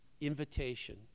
invitation